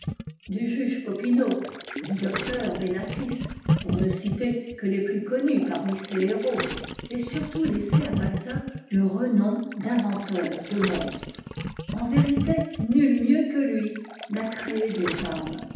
du juge popinot du docteur bénassis pour ne citer que les plus connus parmi ses héros ait surtout laissé à balzac le renom d'inventeur de monstres en vérité nul mieux que lui n'a créé des âmes